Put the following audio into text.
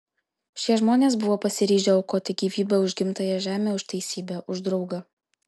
šie žmonės buvo pasiryžę aukoti gyvybę už gimtąją žemę už teisybę už draugą